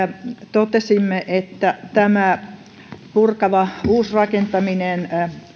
totesimme että purkava uusrakentaminen